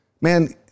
Man